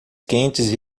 quentes